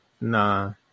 nah